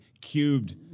cubed